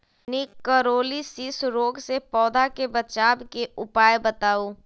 निककरोलीसिस रोग से पौधा के बचाव के उपाय बताऊ?